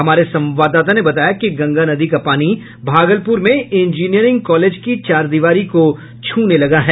हमारे संवाददाता ने बताया कि गंगा नदी का पानी भागलपुर में इंजीनियरिंग कॉलेज की चहारदिवारी को छूने लगा है